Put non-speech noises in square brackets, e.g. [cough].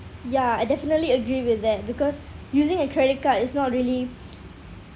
ya I definitely agree with that because using a credit card is not really [noise]